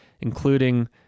including